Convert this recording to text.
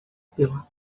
pela